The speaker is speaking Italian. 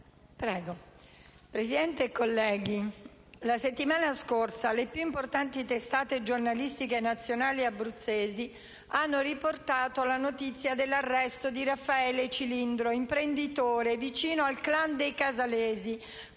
Presidente, colleghi, due giorni fa le più importanti testate giornalistiche nazionali ed abruzzesi hanno riportato la notizia dell'arresto di Raffaele Cilindro, imprenditore vicino al *clan* dei Casalesi,